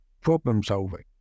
problem-solving